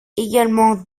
également